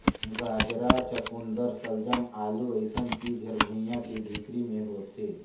गाजरा, चकुंदर सलजम, आलू अइसन चीज हर भुइंयां के भीतरी मे होथे